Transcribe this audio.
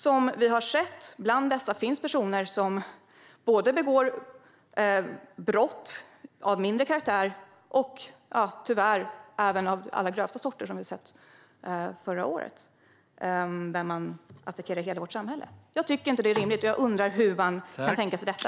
Som vi har sett finns det tyvärr bland dessa både personer som begår brott av mindre allvarlig karaktär och personer som begår brott av allra grövsta sort, något som vi såg förra året vid attacken på hela vårt samhälle. Jag tycker inte att det är rimligt, och jag undrar hur man kan tänka sig detta.